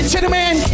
Gentlemen